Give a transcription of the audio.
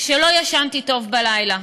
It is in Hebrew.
שלא ישנתי טוב בלילה,